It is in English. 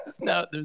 no